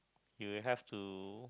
you will have to